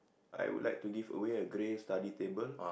I would like to give away a grey study table